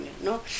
no